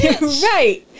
Right